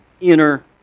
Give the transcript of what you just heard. inner